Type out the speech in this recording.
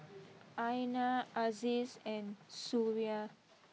Aina Aziz and Suria